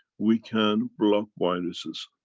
we can block viruses.